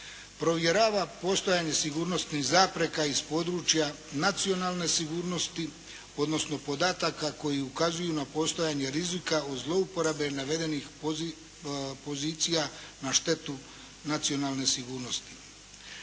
provjerava postojanje sigurnosnih zapreka iz područja nacionalne sigurnosti odnosno podataka koji ukazuju na postojanje rizika u zlouporabe i navedenih pozicija na štetu nacionalne sigurnosti.